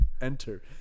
enter